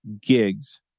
gigs